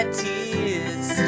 tears